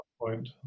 point